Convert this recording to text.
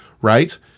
right